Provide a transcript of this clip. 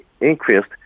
increased